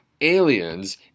aliens